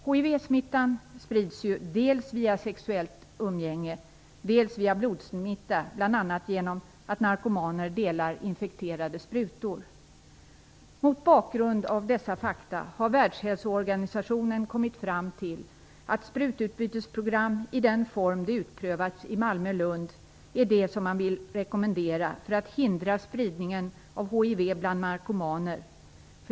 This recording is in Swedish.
Hivsmittan sprids ju dels via sexuellt umgänge, dels via blodsmitta - bl.a. genom att narkomaner delar infekterade sprutor. Mot bakgrund av dessa fakta har Världshälsoorganisationen kommit fram till att sprututbytesprogram i den form som utprövats i Malmö och Lund är det som man vill rekommendera för att hindra spridningen av hiv bland narkomaner.